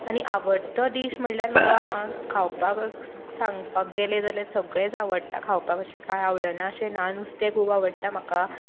आनी आवडटो डीश म्हणळ्यार म्हाका खावपाक सांगपाक गेलें जाल्यार सगळेंच आवडटा खावपाक अशें कांय आवडना अशें ना नुस्तें खूब आवडटा म्हाका